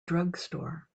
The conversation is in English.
drugstore